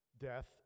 death